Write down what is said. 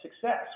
success